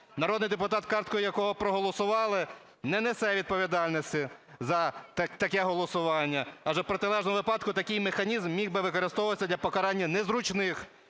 Народний депутат, карткою якого проголосували, не несе відповідальності за таке голосування. Адже в протилежному випадку такий механізм міг би використовуватись для покарання незручних